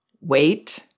Wait